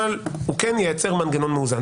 אבל הוא כן ייצר מנגנון מאוזן.